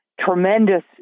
tremendous